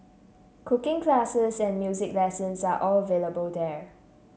cooking classes and music lessons are all available there